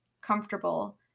comfortable